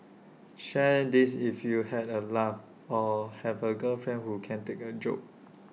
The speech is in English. share this if you had A laugh or have A girlfriend who can take A joke